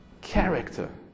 Character